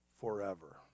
forever